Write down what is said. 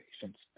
patients